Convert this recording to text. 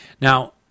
Now